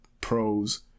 pros